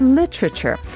literature